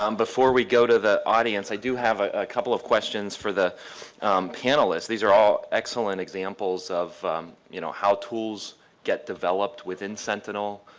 um before we go to the audience i do have a couple of questions for the panelists, these are all excellent examples of you know how tools get developed within sentinel.